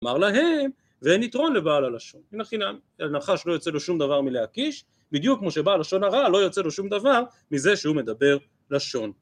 ‫אמר להם, ואין יתרון לבעל הלשון. ‫אין הכי נמי, הנחש לא יוצא לו שום דבר מלהכיש, ‫בדיוק כמו שבעל לשון הרע ‫לא יוצא לו שום דבר מזה שהוא מדבר לשון.